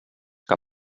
que